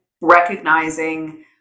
recognizing